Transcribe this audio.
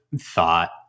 thought